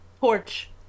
porch